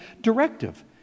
directive